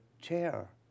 chair